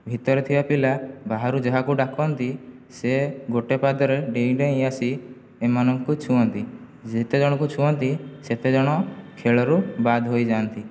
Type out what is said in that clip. ଭିତରେ ଥିବା ପିଲା ବାହାରୁ ଯାହାକୁ ଡାକନ୍ତି ସିଏ ଗୋଟିଏ ପାଦରେ ଡେଇଁ ଡେଇଁ ଆସି ଏମାନଙ୍କୁ ଛୁଅଁନ୍ତି ଯେତେ ଜଣଙ୍କୁ ଛୁଅଁନ୍ତି ସେତେଜଣ ଖେଳରୁ ବାଦ୍ ହୋଇଯାଆନ୍ତି